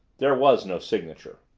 there was no signature.